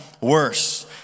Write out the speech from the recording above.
worse